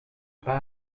pas